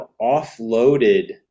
offloaded